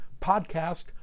podcast